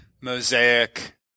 Mosaic